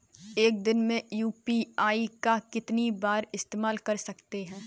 एक दिन में यू.पी.आई का कितनी बार इस्तेमाल कर सकते हैं?